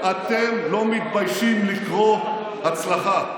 אתם לא מתביישים לקרוא הצלחה.